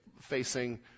facing